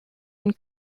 and